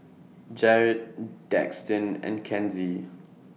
Jaret Daxton and Kenzie